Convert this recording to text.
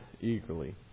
eagerly